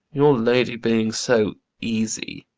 your lady being so easy.